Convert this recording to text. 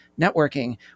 networking